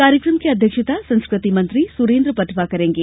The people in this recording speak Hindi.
कार्यक्रम की अध्यक्षता संस्कृति मंत्री सुरेन्द्र पटवा करेंगे